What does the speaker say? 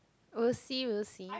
will see will see